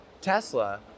Tesla